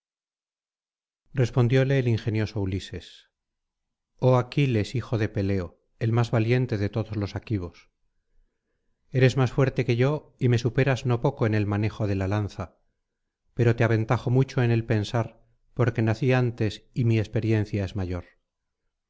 respondióle el ingenioso ulises joh aquiles hijo de peleo el más valiente de todos los aquivos eres más fuerte que yo y me superas no poco en el manejo de la lanza pero te aventajo mucho en el pensar porque nací antes y mi experiencia es mayor